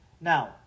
Now